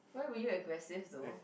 why were you aggressive though